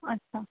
अच्छा